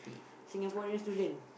Singaporean student